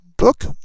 book